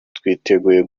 twiteguye